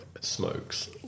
smokes